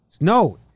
No